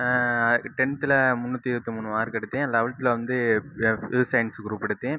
டென்த்தில் முந்நூற்றி இருபத்தி மூணு மார்க் எடுத்தேன் லவெல்த்தில் வந்து ப்யூர் சயின்ஸ் குரூப் எடுத்தேன்